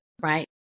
right